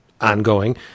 Ongoing